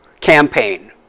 campaign